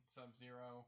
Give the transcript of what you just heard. Sub-Zero